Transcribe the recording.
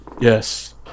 Yes